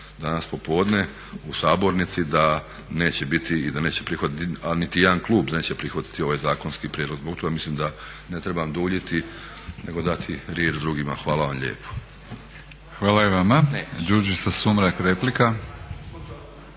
danas popodne u sabornici da neće biti i da neće prihvatiti, a niti jedan klub neće prihvatiti ovaj zakonski prijedlog, zbog toga mislim da ne trebam duljiti nego dati riječ drugima. Hvala vam lijepo. **Batinić, Milorad